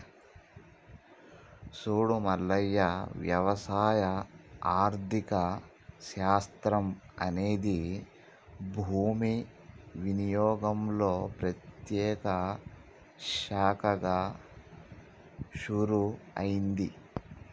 సూడు మల్లయ్య వ్యవసాయ ఆర్థిక శాస్త్రం అనేది భూమి వినియోగంలో ప్రత్యేక శాఖగా షురూ అయింది